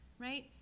right